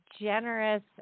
generous